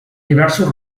diversos